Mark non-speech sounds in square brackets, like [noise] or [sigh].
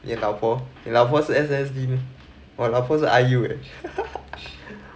你老婆你老婆 S_N_S_D meh 我老婆是 I_U eh [laughs]